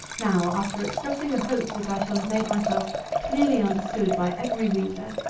now, after expressing a hope that i shall have made myself clearly understood by every reader,